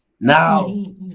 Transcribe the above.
Now